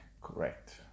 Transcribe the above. Correct